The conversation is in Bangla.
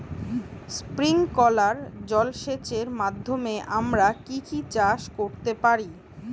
স্প্রিংকলার জলসেচের মাধ্যমে আমরা কি কি চাষ করতে পারি?